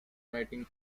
writing